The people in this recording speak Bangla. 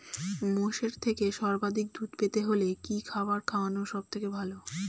মোষের থেকে সর্বাধিক দুধ পেতে হলে কি খাবার খাওয়ানো সবথেকে ভালো?